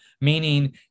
Meaning